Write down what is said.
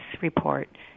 report